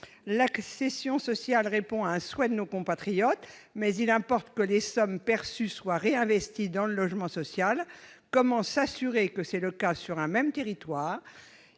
L'accession sociale répond à un souhait de nos compatriotes, mais il importe aussi que les sommes perçues soient réinvesties dans le logement social : comment s'assurer que c'est le cas, sur un même territoire ?